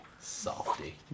softy